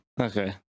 Okay